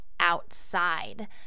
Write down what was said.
outside